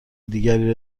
دیگری